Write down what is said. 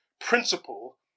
principle